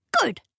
Good